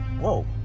whoa